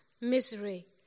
misery